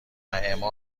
اما